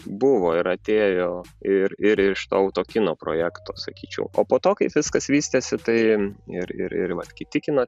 buvo ir atėjo ir ir iš to autokino projekto sakyčiau o po to kaip viskas vystėsi tai ir ir ir vat kiti kino